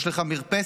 יש לך מרפסת